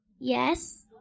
Yes